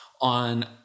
on